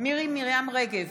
מירי מרים רגב,